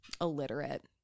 illiterate